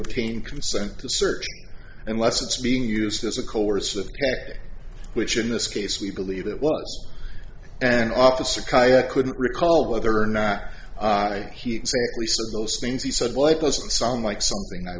obtain consent to search unless it's being used as a course of care which in this case we believe it was an officer kayak couldn't recall whether or not he posts things he said light doesn't sound like something i